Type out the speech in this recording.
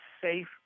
safe